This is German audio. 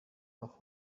noch